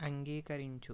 అంగీకరించు